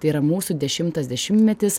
tai yra mūsų dešimtas dešimtmetis